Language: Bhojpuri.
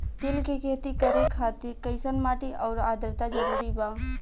तिल के खेती करे खातिर कइसन माटी आउर आद्रता जरूरी बा?